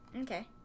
okay